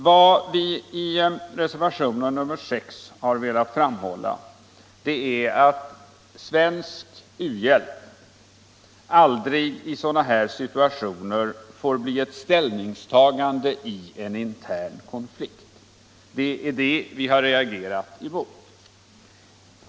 Vad vi i reservationen 6 har velat framhålla är att svensk u-hjälp aldrig i sådana här situationer får bli ett ställningstagande i en intern konflikt. Det är ett sådant agerande vi har reagerat emot.